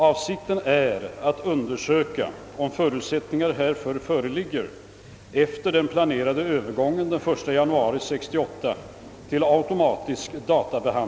Avsikten är att undersöka om förutsättningar härför föreligger efter den